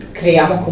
creiamo